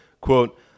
Quote